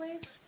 please